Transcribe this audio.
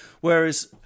Whereas